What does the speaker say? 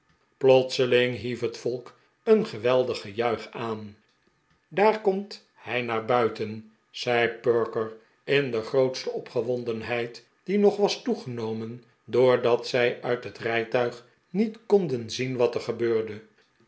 plotseling hief het volk een geweldig gejuich aan daar komt hij naar buiten zei perker in de grootste opgewondenheid die nog was toegenomen doordat zij uit het rijtuig niet konden zien wat er gebeurde